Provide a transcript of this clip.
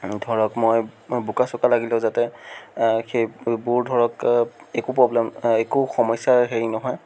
ধৰক মই বোকা চোকা লাগিলেও যাতে সেইবোৰ ধৰক একো প্ৰৱ্লেম একো সমস্য়া হেৰি নহয়